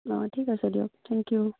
অ' ঠিক আছে দিয়ক থেংক ইউ